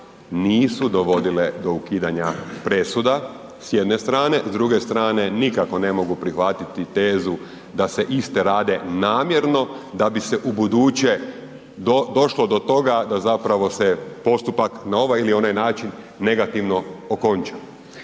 nisu dovodile do ukidanja presuda s jedne strane, s druge strane nikako ne mogu prihvatiti tezu da se iste rade namjerno da bi se ubuduće došlo do toga da zapravo se postupak na ovaj ili onaj način negativno okončao.